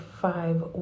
five